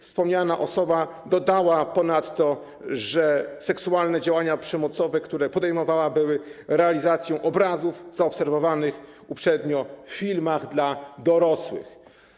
Wspomniana osoba dodała ponadto, że seksualne działania przemocowe, które podejmowała, były realizacją obrazów zaobserwowanych uprzednio w filmach dla dorosłych.